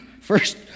First